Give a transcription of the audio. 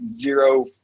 zero